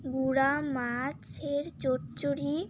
গুড়া মাছের চচ্চড়ি